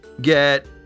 get